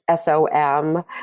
SOM